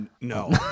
No